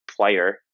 player